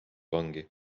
vangi